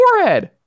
forehead